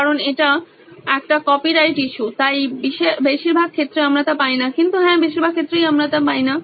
কারণ এটি একটি কপিরাইট ইস্যু তাই বেশিরভাগ ক্ষেত্রে আমরা তা পাই না কিন্তু হ্যাঁ বেশিরভাগ ক্ষেত্রেই আমরা তা পাই না